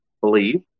believe